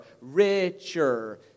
richer